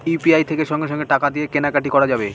UPI থেকে সঙ্গে সঙ্গে টাকা দিয়ে কেনা কাটি করা যাবে